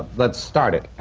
let's start it.